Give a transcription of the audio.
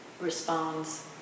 responds